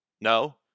No